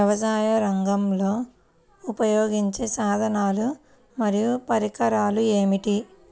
వ్యవసాయరంగంలో ఉపయోగించే సాధనాలు మరియు పరికరాలు ఏమిటీ?